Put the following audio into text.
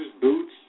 boots